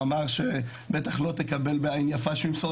הוא אמר שבטח לא תקבל בעין יפה שהוא ימסור